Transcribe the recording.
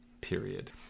period